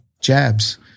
jabs